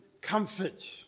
comfort